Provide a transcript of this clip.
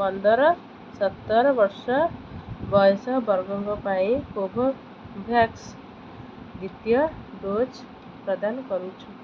ପନ୍ଦର ସତର ବର୍ଷ ବୟସ ବର୍ଗଙ୍କ ପାଇଁ କୋଭୋଭ୍ୟାକ୍ସ୍ ଦ୍ୱିତୀୟ ଡୋଜ୍ ପ୍ରଦାନ କରୁଛି